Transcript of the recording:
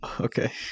Okay